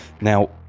Now